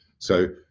so,